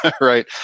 right